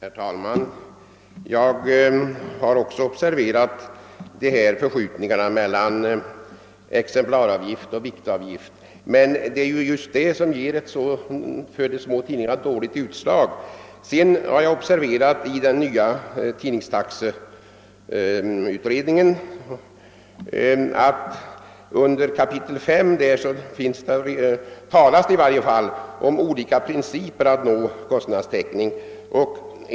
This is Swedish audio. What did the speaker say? Herr talman! Jag har också observerat förskjutningarna mellan exemplaroch viktavgiften, och det är just det som ger ett så dåligt utslag för de små tidningarna. Vidare har jag observerat att det i den nya tidningstaxeutredningen talas i kapitel 5 om olika principer att nå kostnadstäckning.